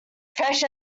fresh